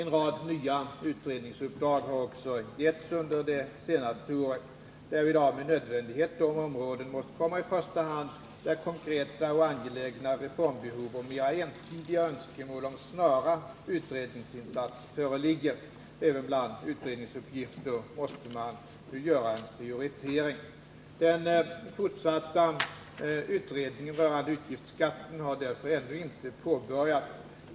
En rad nya utredningsuppdrag har också givits under det senaste året. Därvid har med nödvändighet de områden måst komma i första hand där konkreta och angelägna reformbehov och mera entydiga önskemål om snara utredningsinsatser föreligger. Även bland utredningsuppgifter måste man ju göra en prioritering. Den fortsatta utredningen rörande utgiftsskatten har därför ännu inte påbörjats.